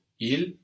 Il